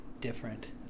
different